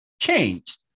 changed